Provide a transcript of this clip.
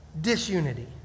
disunity